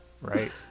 right